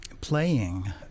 playing